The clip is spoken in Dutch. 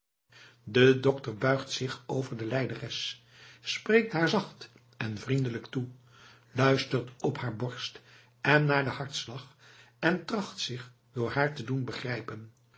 de dokter buigt zich over de lijderes spreekt haar zacht en vriendelijk toe luistert op haar borst en naar den hartslag en tracht zich door haar te doen begrijpen